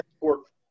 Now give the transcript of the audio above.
work